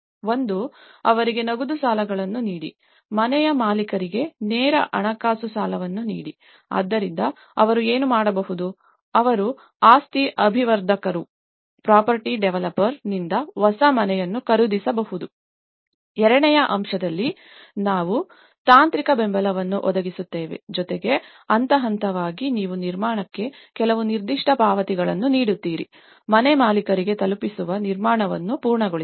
ಒಂದು ಅವರಿಗೆ ನಗದು ಸಾಲಗಳನ್ನು ನೀಡಿ ಮನೆಯ ಮಾಲೀಕರಿಗೆ ನೇರ ಹಣಕಾಸು ಸಾಲಗಳನ್ನು ನೀಡಿ ಆದ್ದರಿಂದ ಅವರು ಏನು ಮಾಡಬಹುದು ಅವರು ಆಸ್ತಿ ಅಭಿವರ್ಧಕರು ನಿಂದ ಹೊಸ ಮನೆಯನ್ನು ಖರೀದಿಸಬಹುದು ಎರಡನೇ ಅಂಶದಲ್ಲಿ ನಾವು ತಾಂತ್ರಿಕ ಬೆಂಬಲವನ್ನು ಒದಗಿಸುತ್ತೇವೆ ಜೊತೆಗೆ ಹಂತ ಹಂತವಾಗಿ ನೀವು ನಿರ್ಮಾಣಕ್ಕೆ ಕೆಲವು ನಿರ್ದಿಷ್ಟ ಪಾವತಿಗಳನ್ನು ನೀಡುತ್ತೀರಿ ಮನೆ ಮಾಲೀಕರಿಗೆ ತಲುಪಿಸುವ ನಿರ್ಮಾಣವನ್ನು ಪೂರ್ಣಗೊಳಿಸಲು